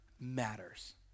matters